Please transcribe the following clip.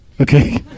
Okay